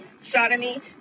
sodomy